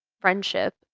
friendship